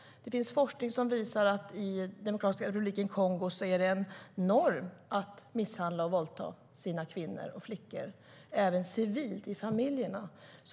Det finns forskning som visar att det i Demokratiska republiken Kongo är norm att misshandla och våldta kvinnor och flickor även civilt, i familjerna.